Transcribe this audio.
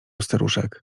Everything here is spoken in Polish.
staruszek